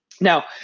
Now